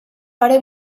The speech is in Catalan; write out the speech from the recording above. pare